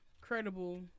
credible